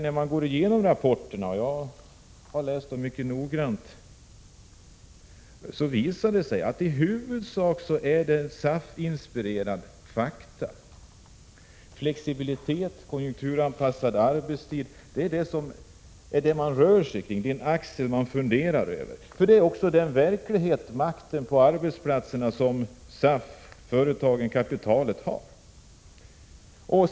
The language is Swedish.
När man går igenom rapporterna-— jag har läst dem mycket noggrant — visar det sig att det i huvudsak rör sig om SAF-inspirerade fakta. Flexibilitet och konjunkturanpassad arbetstid är vad man funderar över. Det handlar om den makt på arbetsplatserna som SAF, företagen och kapitalet har.